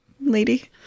lady